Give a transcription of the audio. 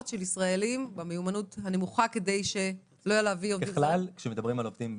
של ישראלים במיומנות הנמוכה כדי לא להביא עובדים